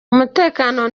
umutekano